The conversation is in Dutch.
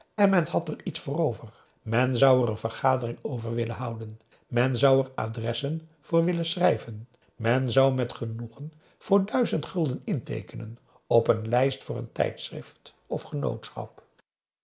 en men had er iets voor over men zou er een vergadering over willen houden men zou er adressen voor willen schrijven men zou met genoegen voor duizend gulden inteekenen op een lijst voor een tijdschrift of genootschap